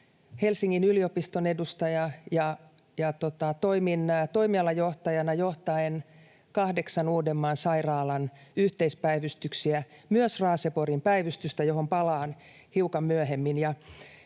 Helsingin yliopiston edustaja, ja toimin toimialajohtajana johtaen kahdeksan Uudenmaan sairaalan yhteispäivystyksiä, myös Raaseporin päivystystä, johon palaan hiukan myöhemmin.